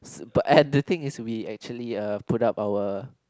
but and the thing is we actually uh put up our